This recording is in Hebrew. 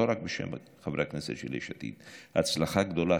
לא רק בשם חברי הכנסת של יש עתיד, הצלחה גדולה.